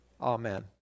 Amen